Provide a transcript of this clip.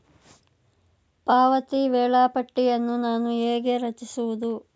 ಪಾವತಿ ವೇಳಾಪಟ್ಟಿಯನ್ನು ನಾನು ಹೇಗೆ ರಚಿಸುವುದು?